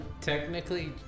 technically